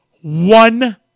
One